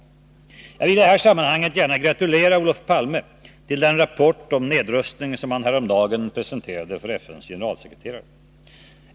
Jag vill i det här sammanhanget gratulera Olof Palme till den rapport om nedrustning som han häromdagen presenterade för FN:s generalsekreterare.